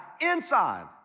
Inside